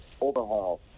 overhaul